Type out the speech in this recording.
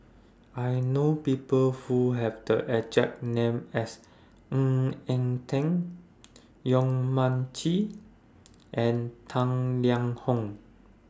I know People Who Have The exact name as Ng Eng Teng Yong Mun Chee and Tang Liang Hong